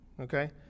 Okay